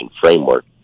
framework